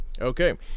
okay